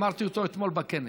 אמרתי אותו אתמול בכנס.